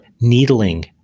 needling